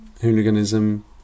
hooliganism